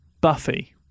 Buffy